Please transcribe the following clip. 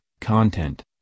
content